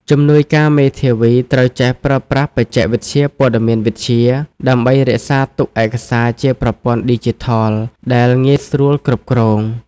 ជំនួយការមេធាវីត្រូវចេះប្រើប្រាស់បច្ចេកវិទ្យាព័ត៌មានវិទ្យា ដើម្បីរក្សាទុកឯកសារជាប្រព័ន្ធឌីជីថលដែលងាយស្រួលគ្រប់គ្រង។